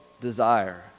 desire